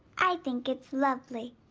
i think it's lovely.